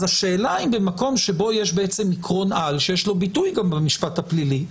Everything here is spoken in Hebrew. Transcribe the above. אז השאלה אם במקום שבו יש בעצם עקרון על שיש לו ביטוי גם במשפט הפלילי,